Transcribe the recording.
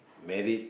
married